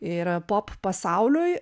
ir pop pasauliui